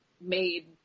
made